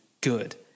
Good